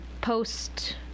post